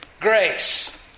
Grace